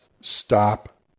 stop